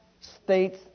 states